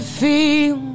feel